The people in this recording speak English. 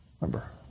Remember